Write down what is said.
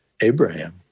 abraham